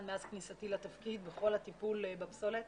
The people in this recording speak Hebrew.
מאז כניסתי לתפקיד בכל הטיפול בפסולת.